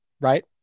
right